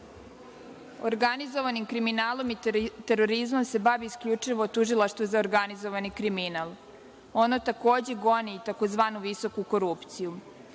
centara. Organizovanim kriminalom i terorizmom se bavi isključivo Tužilaštvo za organizovani kriminal. Ono takođe goni tzv. visoku korupciju.